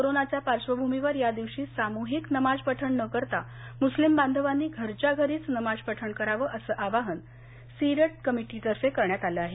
कोरोनाच्या पार्श्वभूमीवर या दिवशी सामूहिक नमाज पठण न करता मुस्लिम बांधवांनी घरच्या घरीच नमाज पठण करावं असं आवाहन सीरत कमिटीतर्फे करण्यात आलं आहे